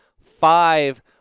five